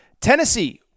Tennessee